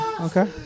okay